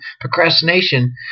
procrastination